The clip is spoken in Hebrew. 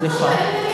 סליחה.